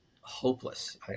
hopeless